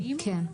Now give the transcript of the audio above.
כן.